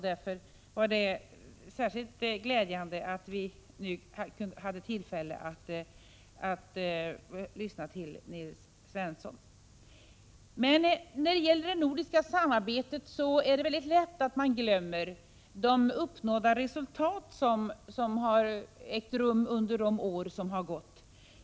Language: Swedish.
Därför var det särskilt glädjande att vi nu fick tillfälle att lyssna till Nils Svensson. När det gäller det nordiska samarbetet är det lätt att man glömmer de resultat som uppnåtts under de år som gått.